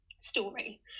story